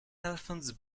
elephants